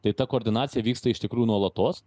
tai ta koordinacija vyksta iš tikrųjų nuolatos